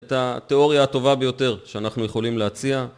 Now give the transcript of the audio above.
את התיאוריה הטובה ביותר שאנחנו יכולים להציע